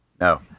No